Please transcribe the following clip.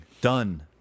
Done